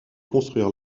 construire